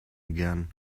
again